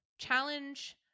Challenge